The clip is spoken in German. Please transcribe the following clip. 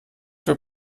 für